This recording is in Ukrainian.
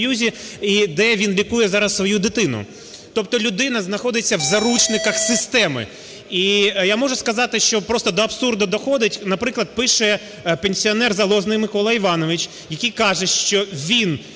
і де він лікує зараз свою дитину. Тобто людина знаходиться у заручниках системи. І я можу сказати, що просто до абсурду доходить. Наприклад, пише пенсіонер Залозний Микола Іванович, який каже, що він,